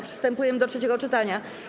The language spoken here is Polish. Przystępujemy do trzeciego czytania.